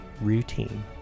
routine